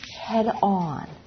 head-on